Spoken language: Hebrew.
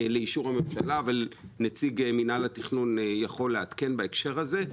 אבל נציג מינהל התכנון יכול לעדכן בהקשר הזה.